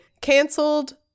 canceled